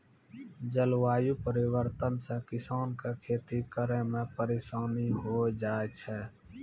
जलवायु परिवर्तन से किसान के खेती करै मे परिसानी होय जाय छै